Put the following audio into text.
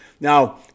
now